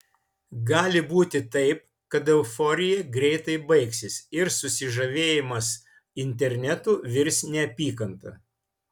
gali būti taip kad euforija greitai baigsis ir susižavėjimas internetu virs neapykanta